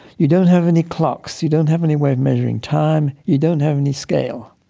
you don't have any clocks, you don't have any way of measuring time, you don't have any scale.